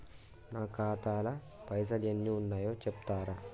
నా ఖాతా లా పైసల్ ఎన్ని ఉన్నాయో చెప్తరా?